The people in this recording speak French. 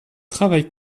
travaille